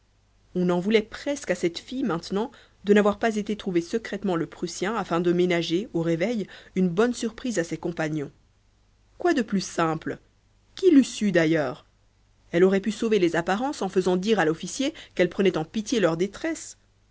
on en voulait presque à cette fille maintenant de n'avoir pas été trouver secrètement le prussien afin de ménager au réveil une bonne surprise à ses compagnons quoi de plus simple qui l'eût su d'ailleurs elle aurait pu sauver les apparences en faisant dire à l'officier qu'elle prenait en pitié leur détresse